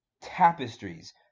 tapestries